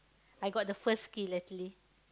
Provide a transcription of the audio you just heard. I got the first kill actually